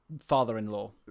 father-in-law